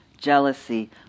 jealousy